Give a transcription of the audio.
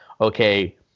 okay